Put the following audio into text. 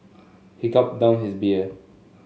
he gulped down his beer